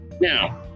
now